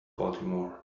baltimore